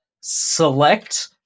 select